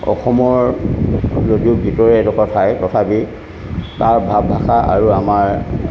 অসমৰ যদি ভিতৰৰ এলেকা ঠাই তথাপি তাৰ ভাৱ ভাষা আৰু আমাৰ